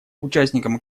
участникам